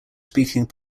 speaking